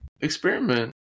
experiment